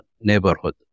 neighborhood